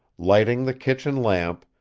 lighting the kitchen lamp,